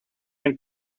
had